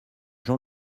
jean